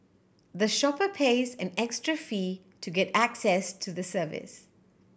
the shopper pays an extra fee to get access to the service